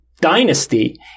dynasty